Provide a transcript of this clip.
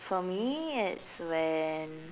for me it's when